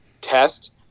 test